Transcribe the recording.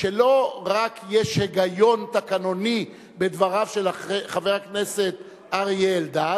שלא רק יש היגיון תקנוני בדבריו של חבר הכנסת אריה אלדד,